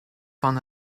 van